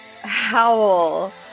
howl